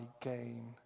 gain